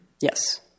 Yes